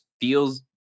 feels